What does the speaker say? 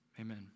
Amen